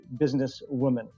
businesswoman